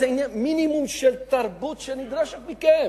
זה מינימום של תרבות שנדרשת מכם.